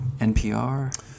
NPR